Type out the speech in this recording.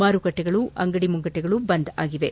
ಮಾರುಕಟ್ಟೆಗಳು ಅಂಗಡಿ ಮುಂಗಟ್ಟುಗಳು ಬಂದ್ ಆಗಿವೆ